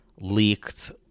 leaked